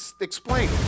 explain